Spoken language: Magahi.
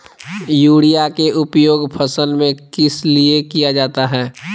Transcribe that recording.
युरिया के उपयोग फसल में किस लिए किया जाता है?